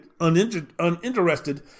uninterested